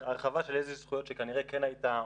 הרחבה של איזה זכויות שכנראה כן הייתה,